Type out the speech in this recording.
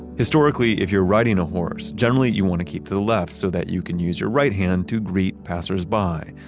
historically, if you're riding a horse, generally you want to keep to the left so that you can use your right hand to greet passers by,